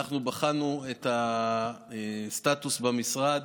אנחנו בחנו את הסטטוס במשרד,